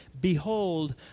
Behold